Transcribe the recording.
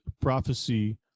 prophecy